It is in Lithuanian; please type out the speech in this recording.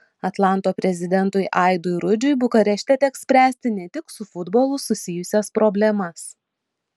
atlanto prezidentui aidui rudžiui bukarešte teks spręsti ne tik su futbolu susijusias problemas